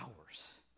hours